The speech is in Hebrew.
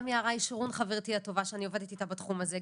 גם יערה ישורון חברתי הטובה שאני עובדת איתה בתחום הזה.